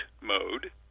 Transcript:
mode